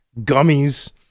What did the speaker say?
gummies